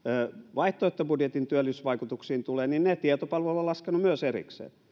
vaihtoehtobudjetin työllisyysvaikutuksiin tulee niin ne tietopalvelu on laskenut myös erikseen